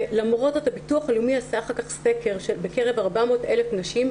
למרות זאת הביטוח הלאומי עשה אחר כך סקר בקרב 400,000 נשים,